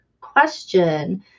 question